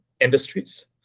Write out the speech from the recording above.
industries